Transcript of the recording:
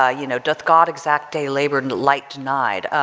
ah you know doth god exact day labor and light denied,